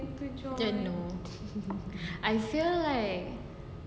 don't know I feel like